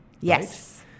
Yes